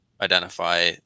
identify